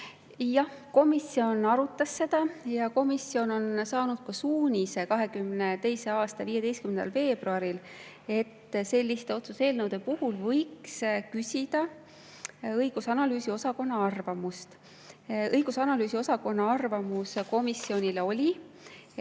Jah, komisjon arutas seda. Komisjon on saanud ka suunise 2022. aasta 15. veebruaril, et selliste otsuse-eelnõude puhul võiks küsida õigus- ja analüüsiosakonna arvamust. Õigus- ja analüüsiosakonna arvamus komisjonile oli, et